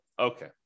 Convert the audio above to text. okay